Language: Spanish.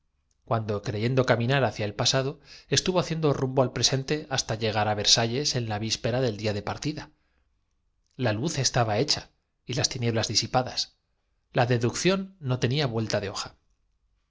cuando creyendo caminar hacia el pasado estuvo haciendo rumbo al presente hasta llegar á versalles en que se disponía á zapar la estatua consiguió á du en la ras penas evadirse de la prisión y llegar á mis domi víspera del día de partida la luz estaba hecha y las tinieblas disipadas la deducción no tenía vuelta